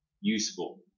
useful